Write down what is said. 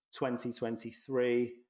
2023